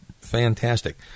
fantastic